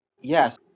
Yes